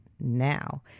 now